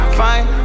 fine